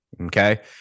okay